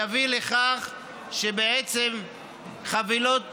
יביא לכך שבעצם חבילות שמזמינים,